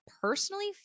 personally